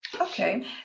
Okay